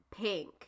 pink